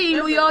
פעילויות,